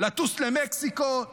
לטוס למקסיקו,